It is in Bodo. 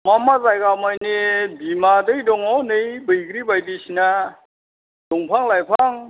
मा मा जायगा माइनि बिमा दै दङ नै बैग्रि बायदिसिना दंफां लाइफां